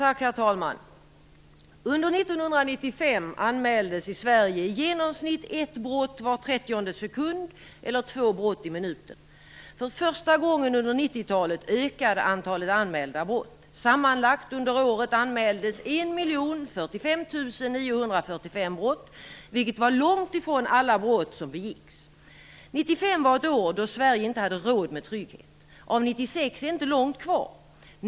Herr talman! Under 1995 anmäldes i Sverige i genomsnitt ett brott var 30 sekund eller två brott i minuten. För första gången under 90-talet ökade antalet anmälda brott. Sammanlagt under året anmäldes 1 045 945 brott, vilket var långt ifrån alla brott som begicks. År 1995 var ett år då Sverige inte hade råd med trygghet. Av 1996 är inte långt kvar.